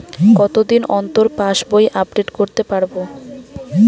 কতদিন অন্তর পাশবই আপডেট করতে পারব?